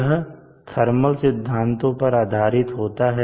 यह थर्मल सिद्धांतों पर आधारित होता है